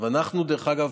דרך אגב,